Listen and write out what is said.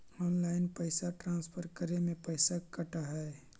Online पैसा transfer करे में पैसा कटा है?